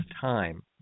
time